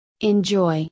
Enjoy